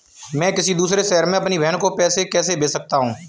मैं किसी दूसरे शहर से अपनी बहन को पैसे कैसे भेज सकता हूँ?